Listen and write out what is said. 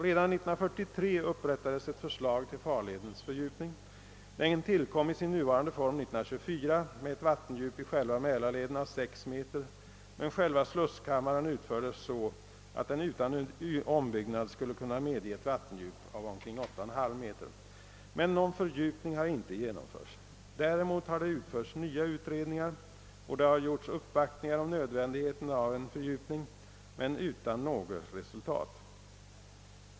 Redan 1943 upprättades ett förslag till farledens fördjupning — den tillkom i sin nuvarande form 1924 med ett vattendjup i själva Mälarleden av 6 meter, men själva slusskammaren utfördes så, att den utan ombyggnad skulle kunna medge ett vattendjup av omkring 8,5 meter — men någon fördjupning har inte genomförts. Däremot har det utförts nya utredningar och det har gjorts uppvaktningar om nödvändigheten av en fördjupning men utan något resultat.